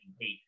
hate